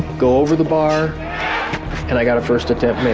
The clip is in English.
go over the bar and i got a first attempt make